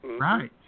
Right